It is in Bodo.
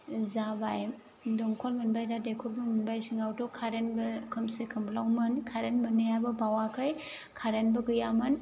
जाबाय दंखल मोनबाय दा दैखरबो मोनबाय सिगाङावथ' खारेनबो खोमसि खोमलावमोन खारेन मोन्नायाबो बावाखै खारेनबो गैयामोन